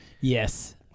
Yes